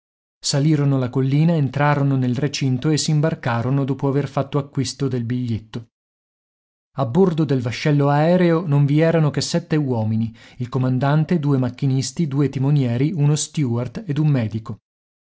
salirono la collina entrarono nel recinto e s'imbarcarono dopo aver fatto acquisto del biglietto a bordo del vascello aereo non vi erano che sette uomini il comandante due macchinisti due timonieri uno stewart ed un medico